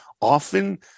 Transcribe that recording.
often